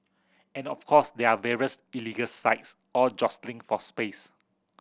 and of course there are various illegal sites all jostling for space